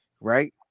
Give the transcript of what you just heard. right